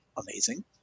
amazing